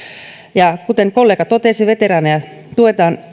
ja kuten kollega totesi veteraaneja tuetaan